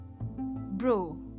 bro